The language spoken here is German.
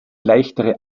leichtere